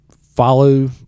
follow